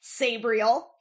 Sabriel